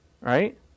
right